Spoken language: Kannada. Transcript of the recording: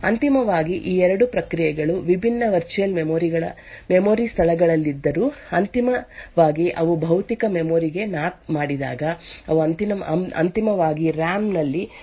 ಅಂತಿಮವಾಗಿ ಈ 2 ಪ್ರಕ್ರಿಯೆಗಳು ವಿಭಿನ್ನ ವರ್ಚುಯಲ್ ಮೆಮೊರಿ ಸ್ಥಳಗಳಲ್ಲಿದ್ದರೂ ಅಂತಿಮವಾಗಿ ಅವು ಭೌತಿಕ ಮೆಮೊರಿ ಗೆ ಮ್ಯಾಪ್ ಮಾಡಿದಾಗ ಅವು ಅಂತಿಮವಾಗಿ ಆರ್ ಎಎಂ ನಲ್ಲಿ ಸಂಗ್ರಹವಾಗಿರುವ ಈ ಎಸ್ ಎಸ್ ಎಲ್ ಎನ್ಕ್ರಿಪ್ಶನ್ ನ ಅದೇ ನಕಲನ್ನು ಬಳಸುತ್ತವೆ